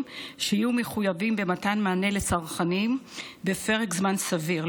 שיהיו מחויבים במתן מענה לצרכנים בפרק זמן סביר,